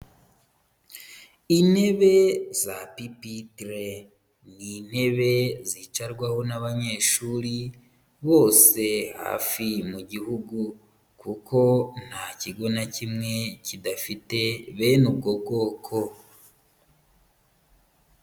Intebe za pipitire ni intebe zicarwaho n'abanyeshuri bose hafi mu gihugu, kuko nta kigo na kimwe kidafite bene ubwo bwoko.